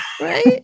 Right